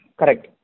correct